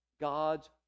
God's